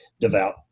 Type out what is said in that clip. devout